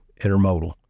intermodal